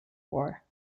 war